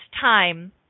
time